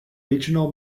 regional